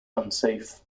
unsafe